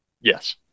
Yes